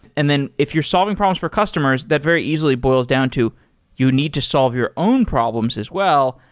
and then if you're solving problems for customers, that very easily boils down to you need to solve your own problems as well,